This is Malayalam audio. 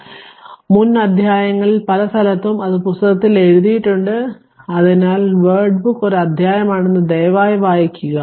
അതിനാൽ മുൻ അധ്യായങ്ങളിൽ പല സ്ഥലങ്ങളും അത് പുസ്തകത്തിൽ എഴുതിയിട്ടുണ്ട് അതിനാൽ വേഡ് ബുക്ക് ഒരു അധ്യായമാണെന്ന് ദയവായി വായിക്കുക